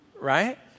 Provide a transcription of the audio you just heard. right